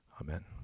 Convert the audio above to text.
Amen